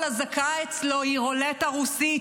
וכל אזעקה אצלו היא רולטה רוסית,